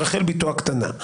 ויפרט לגביו ברחל בתו הקטנה.